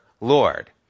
Lord